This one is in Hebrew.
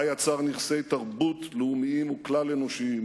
בה יצר נכסי תרבות לאומיים וכלל-אנושיים